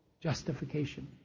justification